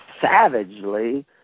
savagely